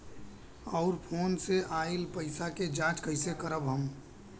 और फोन से आईल पैसा के जांच कैसे करब हम?